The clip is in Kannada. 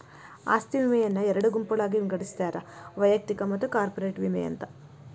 ಆಸ್ತಿ ವಿಮೆಯನ್ನ ಎರಡು ಗುಂಪುಗಳಾಗಿ ವಿಂಗಡಿಸ್ಯಾರ ವೈಯಕ್ತಿಕ ಮತ್ತ ಕಾರ್ಪೊರೇಟ್ ವಿಮೆ ಅಂತ